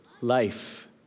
life